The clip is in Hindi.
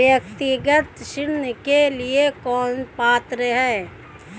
व्यक्तिगत ऋण के लिए कौन पात्र है?